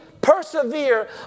persevere